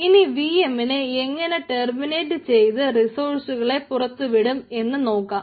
ഇനി V M നെ എങ്ങനെ ടെർമിനേറ്റ് ചെയ്തിട്ട് റിസോഴ്സുകളെ പുറത്തേക്ക് വിടും എന്ന് നോക്കാം